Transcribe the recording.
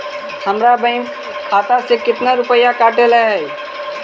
हमरा बैंक खाता से कतना रूपैया कटले है?